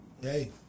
Hey